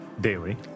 daily